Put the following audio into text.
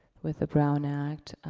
with the brown act.